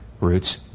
roots